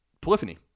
Polyphony